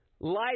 Light